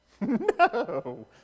No